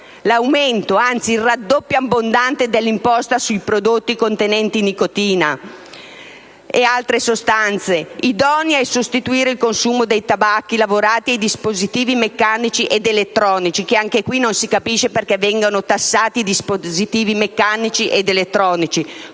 L'aumento, anzi, il raddoppio abbondante dell'imposta sui prodotti contenenti nicotina o altre sostanze idonei a sostituire il consumo dei tabacchi lavorati e sui dispositivi meccanici ed elettronici (e non si capisce perché vengano tassati tali dispositivi), comunemente note